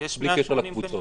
בלי קשר לקבוצות.